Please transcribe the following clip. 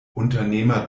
unternehmer